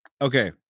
Okay